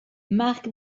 mark